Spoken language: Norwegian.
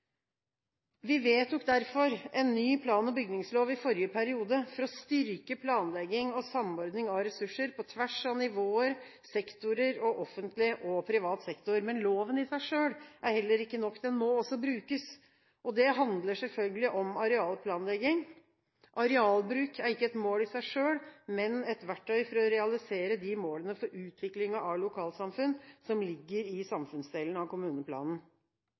Vi vedtok derfor en ny plan- og bygningslov i forrige periode for å styrke planlegging og samordning av ressurser på tvers av nivåer, sektorer og offentlig og privat sektor. Men loven i seg selv er heller ikke nok, den må også brukes. Det handler selvfølgelig om arealplanlegging. Arealbruk er ikke et mål i seg selv, men et verktøy for å realisere de målene for utviklingen av et lokalsamfunn som ligger i samfunnsdelen av kommuneplanen.